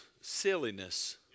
silliness